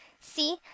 See